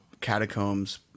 catacombs